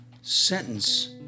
sentence